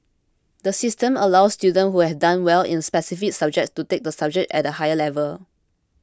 the system allows students who have done well in specific subjects to take the subject at a higher level